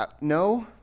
No